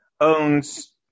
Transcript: owns